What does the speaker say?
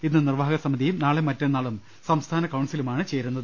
ഇന്ന് നിർവാഹക സമിതിയും നാളെയും മറ്റന്നാളും സംസ്ഥാന കൌൺസിലുമാണ് ചേരുന്നത്